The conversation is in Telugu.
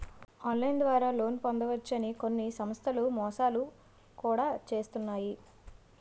ఆన్లైన్ ద్వారా లోన్ పొందవచ్చు అని కొన్ని సంస్థలు మోసాలు కూడా చేస్తున్నాయి